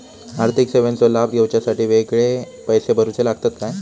आर्थिक सेवेंचो लाभ घेवच्यासाठी वेगळे पैसे भरुचे लागतत काय?